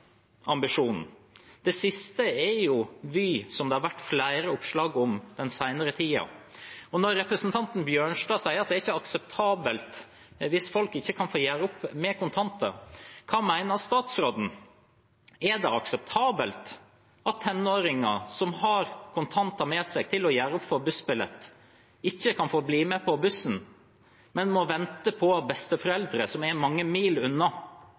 Og når representanten Bjørnstad sier at det ikke er akseptabelt hvis folk ikke kan få gjøre opp med kontanter, hva mener statsråden? Er det akseptabelt at tenåringer som har kontanter med seg til å gjøre opp for en bussbillett, ikke kan få bli med på bussen, men må vente på besteforeldre som er mange mil unna?